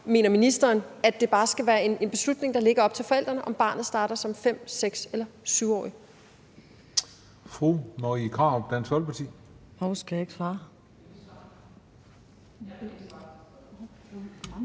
mener ministeren – at det bare skal være en beslutning, det er op til forældrene at træffe, altså om barnet starter som 5-, 6-, eller 7-årig?